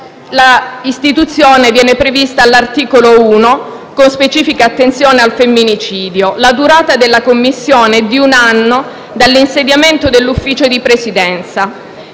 L'istituzione viene prevista all'articolo 1 con specifica attenzione al femminicidio. La durata della Commissione è di un anno dall'insediamento dell'Ufficio di Presidenza.